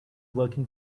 working